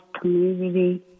community